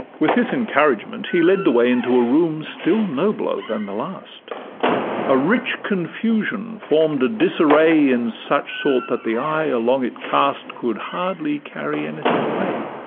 with this encouragement, he led the way into a room still nobler than the last a rich confusion form'd a disarray in such sort, that the eye along it cast could hardly carry anything away,